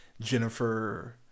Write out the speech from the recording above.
Jennifer